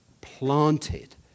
planted